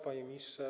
Panie Ministrze!